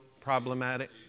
problematic